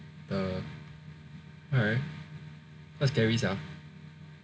uh alright damn scary sia ya so